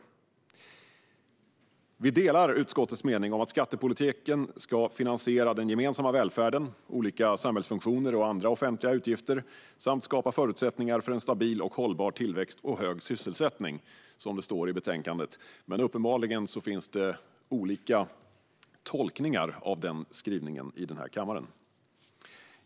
Vi delar utskottets mening att skattepolitiken ska finansiera den gemensamma välfärden, olika samhällsfunktioner och andra offentliga utgifter samt skapa förutsättningar för en stabil och hållbar tillväxt och hög sysselsättning, som det står i betänkandet. Men uppenbarligen finns det olika tolkningar av den skrivningen i den här kammaren.